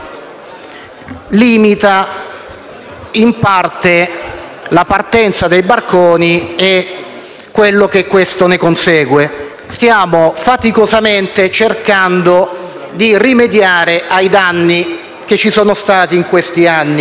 limita in parte la partenza dei barconi e quello che ne consegue. Stiamo faticosamente cercando di rimediare ai danni che ci sono stati in questi anni.